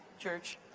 church